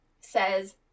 says